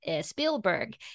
Spielberg